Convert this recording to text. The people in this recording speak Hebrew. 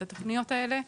את התוכניות האלה.